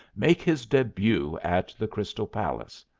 make his debut at the crystal palace.